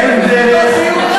אין דרך,